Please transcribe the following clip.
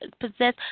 Possess